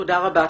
תודה רבה.